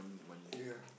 ya